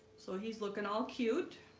so he's looking all cute